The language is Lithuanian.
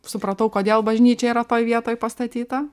supratau kodėl bažnyčia yra toj vietoj pastatyta